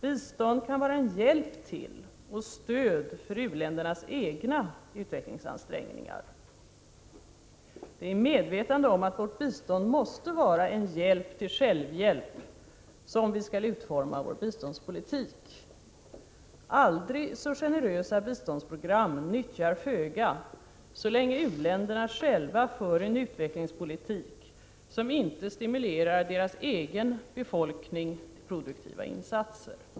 Bistånd kan vara en hjälp till och stöd för u-ländernas egna utvecklingsansträngningar. Det är i medvetande om att vårt bistånd måste vara en hjälp till självhjälp som vi skall utforma vår biståndspolitik. Aldrig så generösa biståndsprogram nyttjar föga så länge u-länderna själva för en utvecklingspolitik som inte stimulerar deras egen befolkning till produktiva insatser.